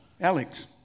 Alex